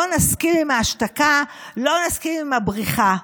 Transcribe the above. לא נסכים עם ההשתקה, לא נסכים עם הבריחה.